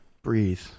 breathe